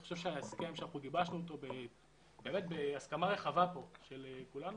אני חושב שההסכם שגיבשנו באמת בהסכמה רחבה של כולנו,